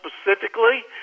specifically